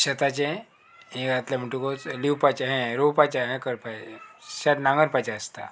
शेताचें हें घातलें म्हणटकूच लिवपाचें हें रोवपाचें हें करपाचें शेत नांगरपाचें आसता